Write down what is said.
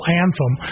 anthem